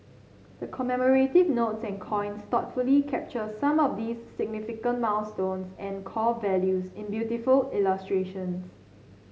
the commemorative notes and coins thoughtfully capture some of these significant milestones and core values in beautiful illustrations